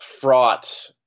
fraught